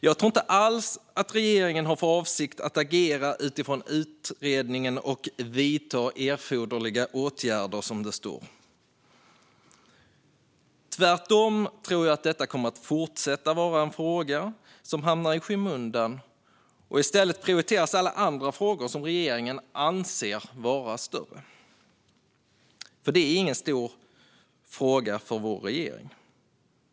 Jag tror inte alls att regeringen har för avsikt att agera utifrån utredningen och vidta erforderliga åtgärder, som det står. Tvärtom tror jag att detta kommer att fortsätta att vara en fråga som hamnar i skymundan. I stället prioriteras alla andra frågor som regeringen anser vara större. Detta är ingen stor fråga för regeringen.